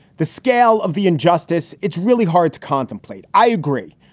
the scale of the injustice. it's really hard to contemplate. i agree.